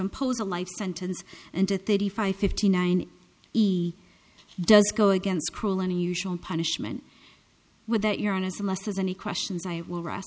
impose a life sentence and to thirty five fifty nine he does go against cruel and unusual punishment with that you're on as a must as any questions i will r